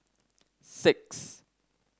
six